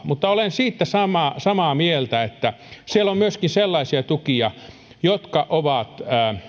mutta olen siitä samaa samaa mieltä että siellä on myöskin sellaisia tukia jotka ovat